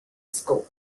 school